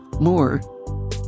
more